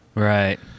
Right